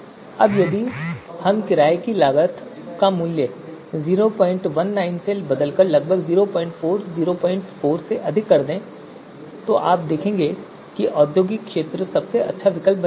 अब यदि हम किराये की लागत का मूल्य 019 से बदलकर लगभग 04 या 04 से अधिक कर दें तो आप देखेंगे कि औद्योगिक क्षेत्र सबसे अच्छा विकल्प बन जाएगा